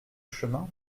chemin